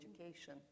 education